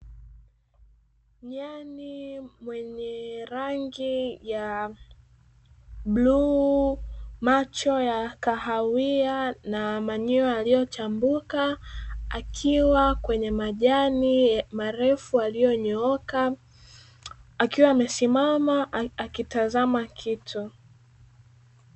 Nyani mwenye rangi ya bluu, macho ya kahawia na manyoya yaliyochambuka, akiwa kwenye majani marefu yalionyooka akiwa amesimama akitazama kitu.